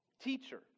teacher